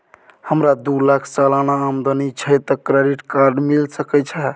हमरा दू लाख सालाना आमदनी छै त क्रेडिट कार्ड मिल सके छै?